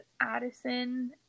Addison